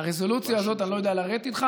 לרזולוציה הזאת אני לא יודע לרדת איתך,